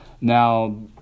Now